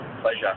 Pleasure